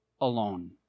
alone